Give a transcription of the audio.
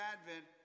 Advent